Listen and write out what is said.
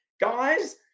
guys